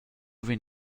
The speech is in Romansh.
vegn